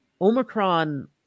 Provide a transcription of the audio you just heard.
Omicron